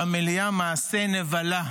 במליאה, מעשה נבלה.